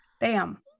Bam